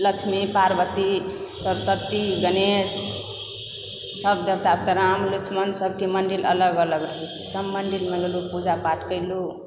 लक्ष्मी पार्वती सरस्वती गणेशसभ देवता तऽ राम लक्ष्मण सभकेँ मन्दिर अलग अलग रहै छै सभ मन्दिरमे गेलु पूजा पाठ कयलु